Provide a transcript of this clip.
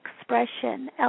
expression